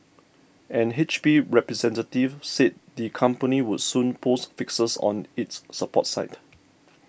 an H P representative said the company would soon post fixes on its support site